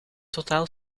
totaal